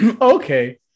okay